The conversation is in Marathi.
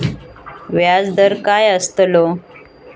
व्याज दर काय आस्तलो?